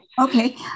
Okay